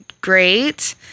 great